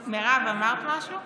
מירב, אמרת משהו?